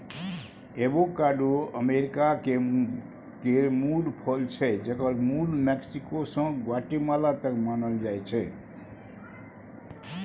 avocado America केर मुल फल छै जकर मुल मैक्सिको सँ ग्वाटेमाला तक मानल जाइ छै